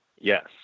Yes